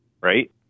right